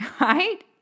right